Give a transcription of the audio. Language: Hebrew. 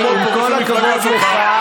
עם כל הכבוד לך,